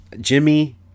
Jimmy